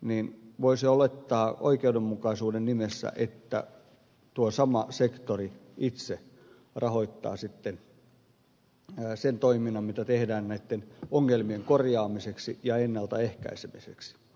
niin voisi olettaa oikeudenmukaisuuden nimessä että tuo sama sektori itse rahoittaa sitten sen toiminnan mitä tehdään näitten ongelmien korjaamiseksi ja ennaltaehkäisemiseksi